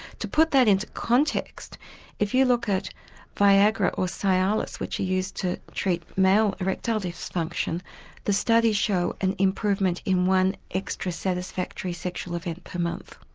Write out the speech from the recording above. to put that into context if you look at viagra or so cialis which are used to treat male erectile dysfunction the studies show an improvement in one extra satisfactory sexual event per month.